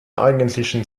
eigentlichen